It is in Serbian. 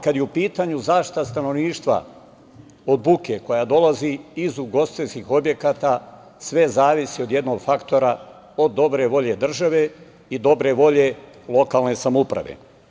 Kada je u pitanju zaštita stanovništva od buke koja dolazi iz ugostiteljskih objekata, sve zavisi od jednog faktora, od dobre volje države i dobre volje lokalne samouprave.